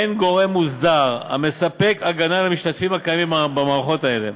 אין גורם מוסדר המספק הגנה למשתתפים הקיימים במערכות אלה,